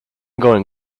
going